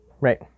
right